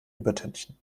übertünchen